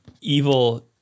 evil